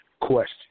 question